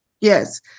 Yes